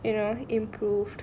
you know improved